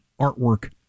artwork